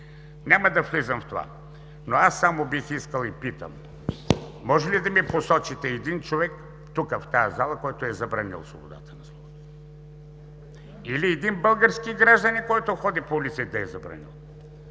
Няма да влизам в това. Но аз питам: може ли да ми посочите един човек тук в тази зала, който е забранил свободата на словото, или един български гражданин, който ходи по улиците, да я е забранил?